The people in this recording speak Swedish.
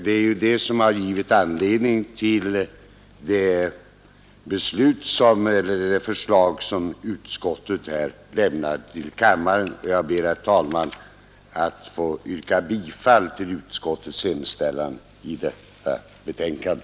Det är detta som givit anledning till det förslag som utskottet här förelägger kammaren, Jag ber, herr talman, att få yrka bifall till utskottets hemställan i detta betänkande.